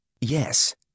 Yes